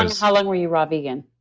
how long were you raw vegan?